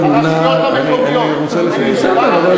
הרשויות המקומיות, חבר הכנסת חנין, נא לסיים.